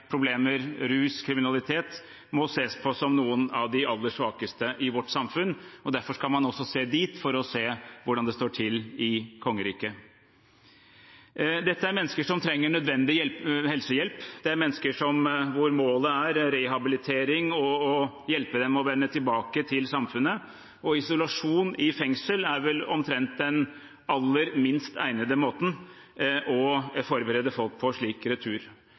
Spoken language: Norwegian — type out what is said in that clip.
problemer, rus og kriminalitet, må ses på som noen av de aller svakeste i vårt samfunn. Derfor skal man se dit for å se hvordan det står til i kongeriket. Dette er mennesker som trenger nødvendig helsehjelp. Det er mennesker hvor målet er rehabilitering og hjelp til å vende tilbake til samfunnet, og isolasjon i fengsel er vel omtrent den aller minst egnede måten å forberede folk på en slik retur